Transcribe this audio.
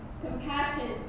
compassion